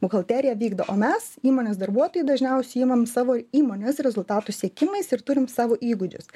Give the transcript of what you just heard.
buhalterija vykdo o mes įmonės darbuotojai dažniausiai imam savo įmonės rezultatų siekimais ir turim savo įgūdžius